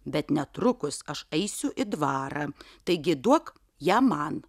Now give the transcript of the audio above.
bet netrukus aš eisiu į dvarą taigi duok ją man